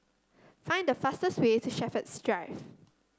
find the fastest way to Shepherds Drive